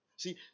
See